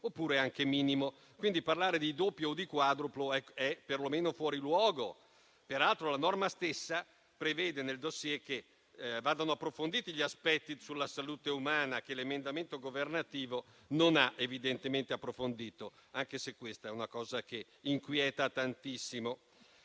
oppure anche minimo. Pertanto, parlare di doppio o di quadruplo è per lo meno fuori luogo; peraltro, la norma stessa prevede nel *dossier* che vadano approfonditi gli aspetti sulla salute umana che l'emendamento governativo non ha evidentemente approfondito, anche se questo inquieta tantissimo.